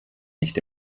nicht